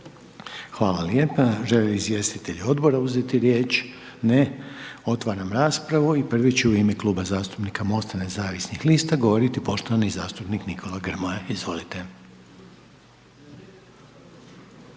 kategoriju. **Reiner, Željko (HDZ)** Hvala lijepa, otvaram raspravu i prvi će u ime Kluba zastupnika MOST-a nezavisnih lista govoriti poštovani zastupnik Nikola Grmoja. Izvolite.